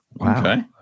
Okay